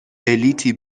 بلیطی